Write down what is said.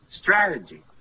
Strategy